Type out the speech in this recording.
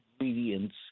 ingredients